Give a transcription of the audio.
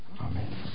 Amen